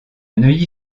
neuilly